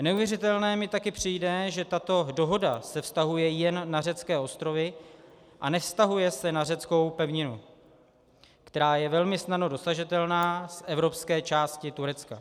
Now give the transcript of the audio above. Neuvěřitelné mi taky přijde, že tato dohoda se vztahuje jen na řecké ostrovy a nevztahuje se na řeckou pevninu, která je velmi snadno dosažitelná z evropské části Turecka.